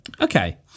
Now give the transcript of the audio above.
Okay